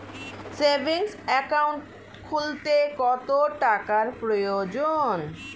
Savings account খুলতে কত টাকার প্রয়োজন?